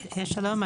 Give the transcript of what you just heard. שלום,